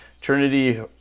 Trinity